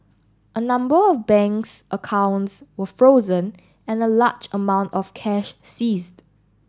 a number of banks accounts were frozen and a large amount of cash seized